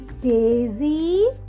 Daisy